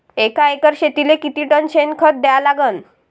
एका एकर शेतीले किती टन शेन खत द्या लागन?